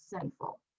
sinful